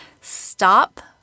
Stop